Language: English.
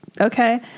okay